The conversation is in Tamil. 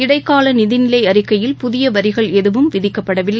இடைக்காலநிதிநிலைஅறிக்கையில் புதியவரிகள் எதுவும் விதிக்கப்படவில்லை